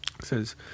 says